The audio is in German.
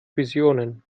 visionen